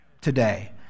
today